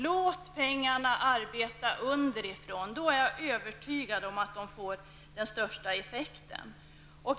Låt pengarna arbeta underifrån! Då är jag övertygad om att de får den största effekten.